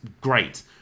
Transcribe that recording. great